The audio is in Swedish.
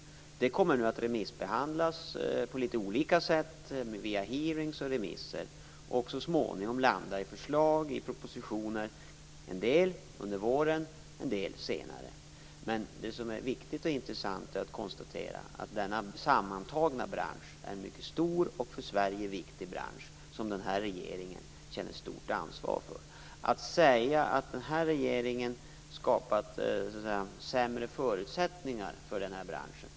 Det kommer nu att remissbehandlas på litet olika sätt via hearingar och remisser. Så småningom kommer det att landa i förslag i propositioner. En del av dessa kommer under våren, en del kommer senare. Det är viktigt och intressant att konstatera är att denna sammantagna bransch är en mycket stor och för Sverige viktig bransch som den här regeringen känner stort ansvar för. Jag tycker att det är fel att påstå att den här regeringen skapat sämre förutsättningar för den här branschen.